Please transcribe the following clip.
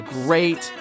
great